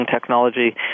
technology